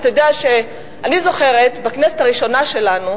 אתה יודע, אני זוכרת שבכנסת הראשונה שלנו